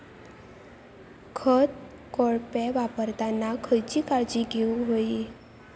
खत कोळपे वापरताना खयची काळजी घेऊक व्हयी?